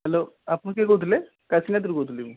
hello ଆପଣ କିଏ କହୁଥିଲେ କାଶୀନାଥରୁ କହୁଥିଲି ମୁଁ